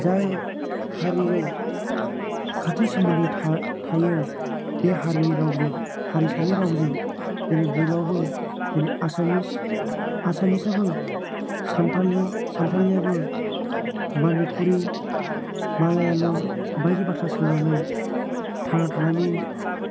जाय हारिजों खाथि सोमोन्दो थायो बे हारिनि रावजों हारिसानि रावजों जोंनि बर'आबो दिनै एसामिसआबो सानथालिआबो मनिपुरि मालायालोम बायदि बाथ्रा सोलोंनानै थांना थानायनि